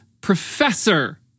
professor